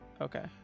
okay